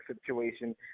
situation